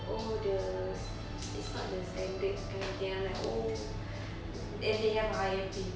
oh the it's not the standard and everything and I'm like oh and they have a higher pay